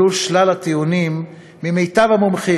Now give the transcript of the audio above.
עלו שלל הטיעונים ממיטב המומחים,